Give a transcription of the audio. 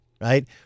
right